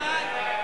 לא טעיתם.